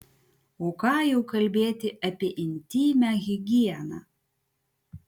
o ką jau kalbėti apie intymią higieną